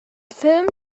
film